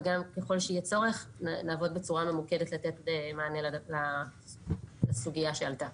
וגם ככל שיהיה צורך נעבוד בצורה ממוקדת כדי לתת מענה לסוגייה שעלתה.